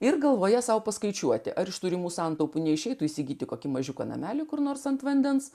ir galvoje sau paskaičiuoti ar iš turimų santaupų neišeitų įsigyti kokį mažiuko namelį kur nors ant vandens